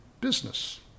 business